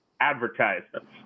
advertisements